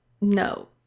no